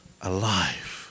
alive